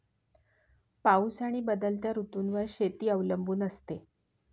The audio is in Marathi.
पाऊस आणि बदलत्या ऋतूंवर शेती अवलंबून असते